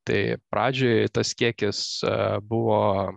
tai pradžioje tas kiekis buvo